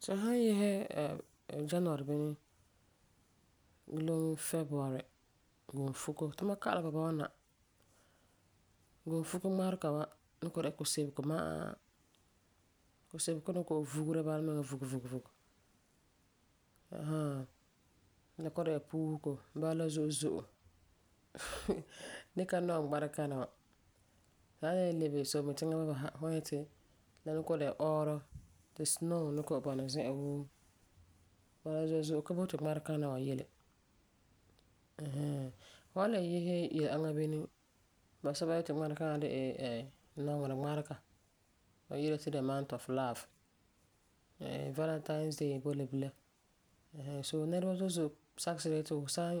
Tu san yese January bini, loŋe February, Gunfuko. Tumam kalam bɔba wa na, Gunfuko ŋmarega wa ni kɔ'ɔm dɛna la kusebego ma'a. Kusebego n ni vugera bala mia vuge vuge vuge. Ãn haa. Gee kɔ'ɔm dɛna puusego. Bala la zo'e zo'e ni ka nɔŋɛ ŋmarekana wa. Tu san le lebe Solemitiŋa bɔba sa, fu wan nyɛ ti la ni kɔ'ɔm dɛna la ɔɔrɔ ti snow ni kɔ'ɔm bɔna zi'an woo. Bala la zo'e zo'e ka boti ŋmarekaŋa yele. Ɛɛn hɛɛn. Fu san le yela-aŋa bini, basɛba yeti ŋmarekaŋa de la nɔŋerɛ Ŋmarega. Ti ba yi'ira ti the month of love. Valentine's day bo la bila. Soo nɛreba zo'e zo'e sakɛ sira yeti fu san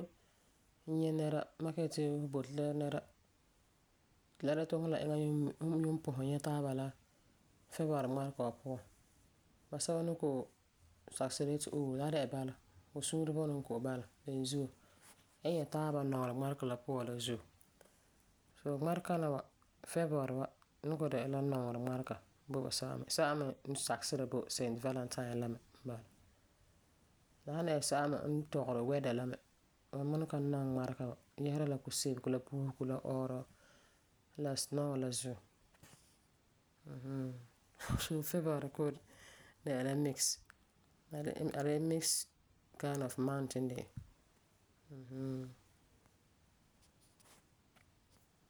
nyɛ nɛra, n makɛ yeti fu boti la nɛra la dɛna ti fum la eŋa yuum yuum pɔsɛ nyɛ taaba la February ŋmarega wa puan, basɛba ni kɔ'ɔm sakɛ sira yeti ooom, fu suurebunɔ n kɔ'ɔm bala beni zuo ya nyɛ taaba nɔŋerɛ ŋmarega puan la zuo. Soo ŋmarekana wa, February wa ni kɔ'ɔm dɛna la nɔŋerɛ ŋmarega bo basɛba sɛba me sakɛ sira bo St Valentine la me n bala. La san dɛna sɛba me n tɔgeri wɛda la me, bama ni ka nɔŋɛ ŋmarega wa yɛsera la kusebego la puusego la ɔɔrɔ la snow la Zuo. Mm hmm. Soo February kɔ'ɔm dɛna la mise kaana month n de e.